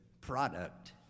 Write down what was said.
product